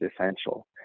essential